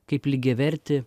kaip lygiavertį